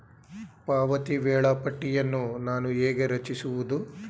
ಪಾವತಿ ವೇಳಾಪಟ್ಟಿಯನ್ನು ನಾನು ಹೇಗೆ ರಚಿಸುವುದು?